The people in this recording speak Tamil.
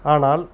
ஆனால்